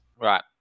Right